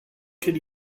could